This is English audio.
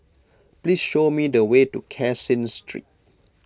please show me the way to Caseen Street